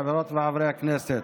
חברות וחברי הכנסת,